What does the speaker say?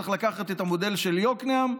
צריך לקחת את המודל של יקנעם,